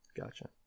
Gotcha